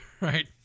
Right